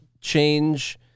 change